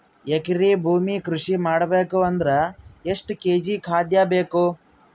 ಎಕರೆ ಭೂಮಿ ಕೃಷಿ ಮಾಡಬೇಕು ಅಂದ್ರ ಎಷ್ಟ ಕೇಜಿ ಖಾದ್ಯ ಬೇಕು?